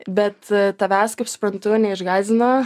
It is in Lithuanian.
bet tavęs kaip suprantu neišgąsdino